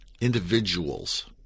individuals